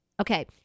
Okay